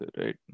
right